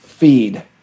feed